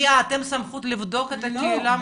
אתם סמכות לבדוק את הקהילה?